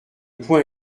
point